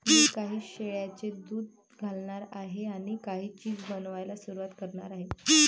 मी काही शेळ्यांचे दूध घालणार आहे आणि काही चीज बनवायला सुरुवात करणार आहे